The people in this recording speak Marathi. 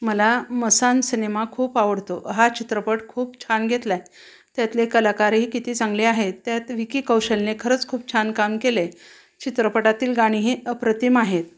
मला मसान सिनेमा खूप आवडतो हा चित्रपट खूप छान घेतला आहे त्यातले कलाकारही किती चांगले आहेत त्यात विकी कौशलने खरंच खूप छान काम केलं आहे चित्रपटातील गाणीही अप्रतिम आहेत